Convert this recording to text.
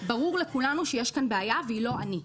ברור לכולנו שיש כאן בעיה והיא לא אני.